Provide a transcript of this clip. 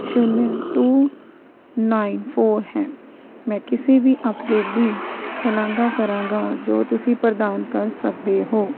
ਸ਼ੂਨਅ two nine four ਹੈ ਮੈਂ ਕਿਸੇ ਵੀ ਅਪਡੇਟ ਦੀ ਸ਼ਲਾਂਘਾ ਕਰਾਂਗਾ ਜੋ ਤੁਸੀਂ ਪ੍ਰਦਾਨ ਕਰ ਸਕਦੇ ਹੋ